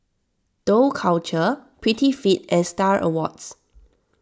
Dough Culture Prettyfit and Star Awards